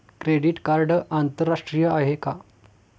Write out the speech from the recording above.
Credit card आंतरराष्ट्रीय आहे का?